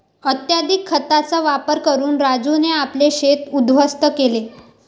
अत्यधिक खतांचा वापर करून राजूने आपले शेत उध्वस्त केले